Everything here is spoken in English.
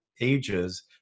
ages